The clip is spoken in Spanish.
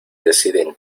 deciden